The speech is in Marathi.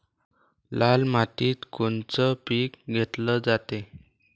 लाल मातीत कोनचं पीक घेतलं जाते?